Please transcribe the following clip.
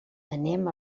anem